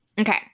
Okay